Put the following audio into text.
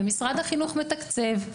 ומשרד החינוך מתקצב,